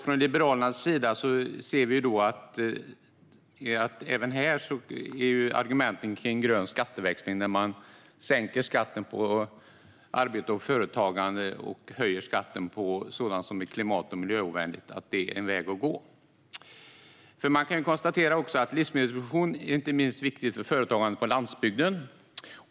Från Liberalernas sida menar vi att grön skatteväxling, där man sänker skatten på arbete och företagande och höjer skatten på sådant som är klimat och miljöovänligt, även här är en väg att gå. Livsmedelsproduktion är inte minst viktigt för företagandet på landsbygden.